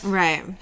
right